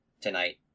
tonight